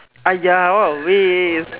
!aiya! what a waste